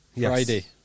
Friday